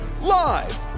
live